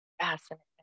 Fascinating